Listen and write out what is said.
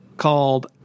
called